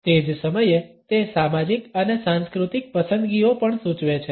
તે જ સમયે તે સામાજિક અને સાંસ્કૃતિક પસંદગીઓ પણ સૂચવે છે